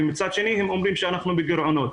ומצד שני הם אומרים שאנחנו בגירעונות.